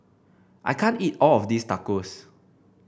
I can't eat all of this Tacos